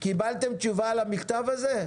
קיבלתם תשובה על המכתב הזה?